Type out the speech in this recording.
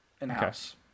in-house